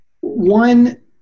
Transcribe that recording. one